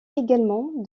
également